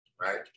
right